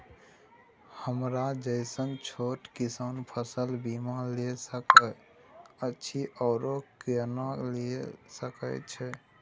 हमरा जैसन छोट किसान फसल बीमा ले सके अछि आरो केना लिए सके छी?